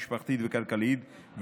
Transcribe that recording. נשים אלו חסרות תמיכה משפחתית וכלכלית,